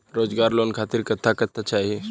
रोजगार लोन खातिर कट्ठा कट्ठा चाहीं?